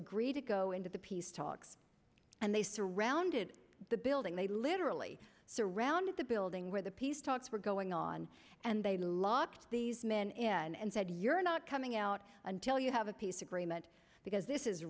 agree to go into the peace talks and they surrounded the building they literally surrounded the building where the peace talks were going on and they locked these men in and said you're not coming out until you have a peace agreement because this is